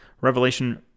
Revelation